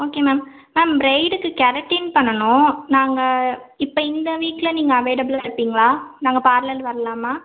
okay ma'am ma'am ப்ரைடுக்கு keratin பண்ணணும் நாங்கள் இப்போ இந்த வீக்கில் நீங்கள் அவைலபிளாக இருப்பிங்களா நாங்கள் பார்லர் வரலாமா